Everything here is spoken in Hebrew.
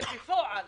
בפועל